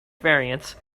variants